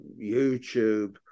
YouTube